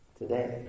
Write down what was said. Today